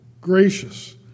gracious